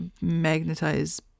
magnetize